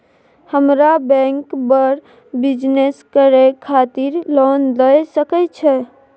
हमरा बैंक बर बिजनेस करे खातिर लोन दय सके छै?